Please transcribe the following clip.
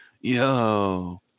yo